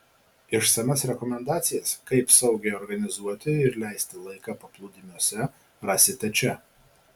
išsamias rekomendacijas kaip saugiai organizuoti ir leisti laiką paplūdimiuose rasite čia